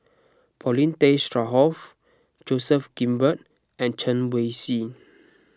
Paulin Tay Straughan Joseph Grimberg and Chen Wen Hsi